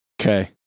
Okay